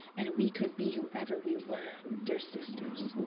and we could be whoever we were. dear sisters.